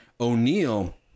O'Neill